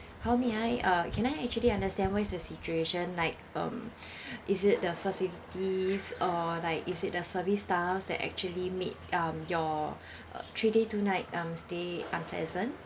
how may I uh can I actually understand what is the situation like um is it the facilities or like is it the service staff that actually made um your uh three day two night um stay unpleasant